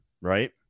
right